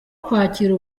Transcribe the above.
kwakira